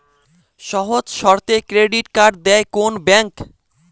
সহজ শর্তে credit card দেয় কোন ব্যাংক?